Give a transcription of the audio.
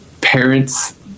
parents